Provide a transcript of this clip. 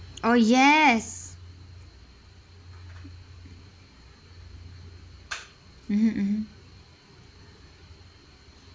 oh yes mmhmm mmhmm